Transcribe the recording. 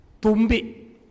Tumbi